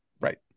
Right